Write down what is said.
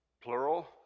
plural